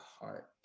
heart